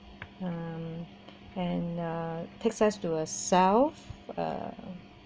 uh and uh takes us to a self